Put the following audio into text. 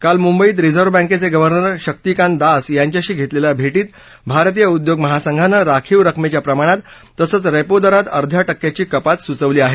काल मुंबईत रिझर्व बँकेचे गव्हनर शक्तिकांत दास यांच्यांशी घेतलल्या भेटीत भारतीय उद्योग महांसघानं राखीव रकमेच्या प्रमाणात तसंच रेंपो दरात अध्या टक्क्याची कपात सुचवली आहे